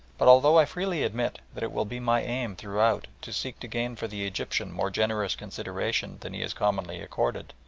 but, although i freely admit that it will be my aim throughout to seek to gain for the egyptian more generous consideration than he is commonly accorded,